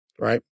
right